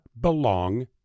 belong